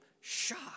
shock